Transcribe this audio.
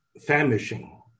famishing